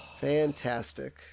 Fantastic